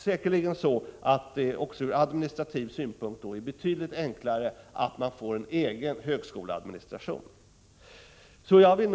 Säkerligen är det ur administrativ synpunkt betydligt enklare att få en egen högskoleadministration. Herr talman!